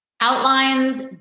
outlines